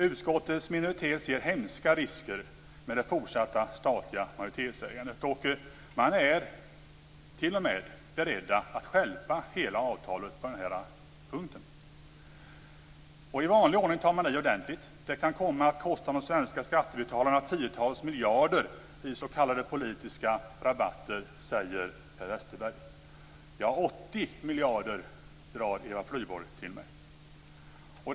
Utskottets minoritet ser hemska risker med det fortsatta statliga majoritetsägandet. Man är t.o.m. beredd att stjälpa hela avtalet på den punkten. I vanlig ordning tar man i ordentligt. Det kan komma att kosta de svenska skattebetalarna tiotals miljarder i s.k. politiska rabatter, säger Per Westerberg. 80 miljarder drar Eva Flyborg till med.